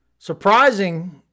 Surprising